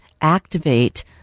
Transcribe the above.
activate